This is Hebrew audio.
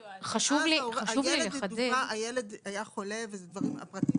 הילד היה חולה והפרטים